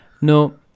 No